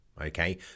okay